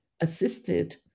assisted